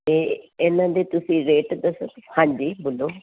ਅਤੇ ਇਹਨਾਂ ਦੇ ਤੁਸੀਂ ਰੇਟ ਦੱਸ ਸਕਦੇ ਹਾਂਜੀ ਬੋਲੋ